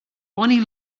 bonnie